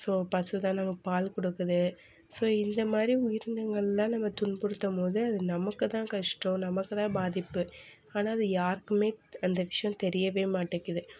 so பசுதான் நமக்கு பால் கொடுக்குது ஸோ இந்த மாதிரி உயிரினங்கள் நம்ம துன்புறுத்தும் போது அது நமக்கு தான் கஷ்டம் நமக்கு தான் பாதிப்பு ஆனால் அது யாருக்கும் அந்த விஷயம் தெரிய மாட்டேங்கிது